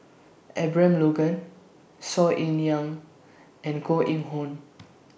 Abraham Logan Saw Ean Young and Koh Eng Hoon